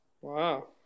Wow